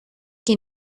que